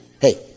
hey